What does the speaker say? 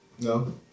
No